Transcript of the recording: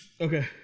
okay